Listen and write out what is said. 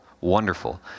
wonderful